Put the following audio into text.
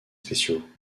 spéciaux